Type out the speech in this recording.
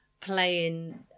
playing